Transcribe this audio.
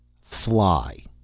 Fly